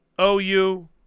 OU